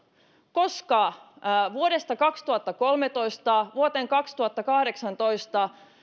koska vuodesta kaksituhattakolmetoista vuoteen kaksituhattakahdeksantoista